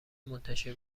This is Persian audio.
منتشر